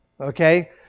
okay